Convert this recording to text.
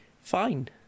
fine